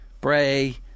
Bray